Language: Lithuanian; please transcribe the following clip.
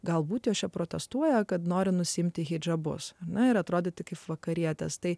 galbūt jos čia protestuoja kad nori nusiimti hidžabus na ir atrodyti kaip vakarietės tai